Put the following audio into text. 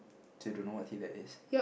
till don't know what teeth that is